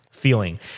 feeling